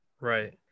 Right